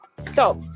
stop